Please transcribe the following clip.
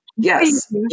Yes